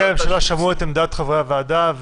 נציגי הממשלה שמעו את עמדת חברי הוועדה,